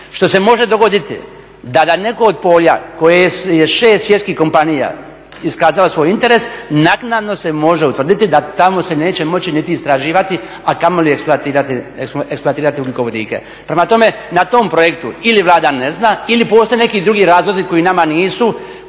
Što se može dogodit da netko od polja koje je 6 svjetskih kompanija iskazalo svoj interes, naknadno se može utvrditi da tamo se neće moći niti istraživati, a kamoli eksploatirati ugljikovodike. Prema tome, na tom projektu ili Vlada ne zna ili postoje neki drugi razlozi koji nama nisu